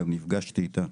גם נפגשתי איתה.